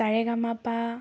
সা ৰে গা মা পা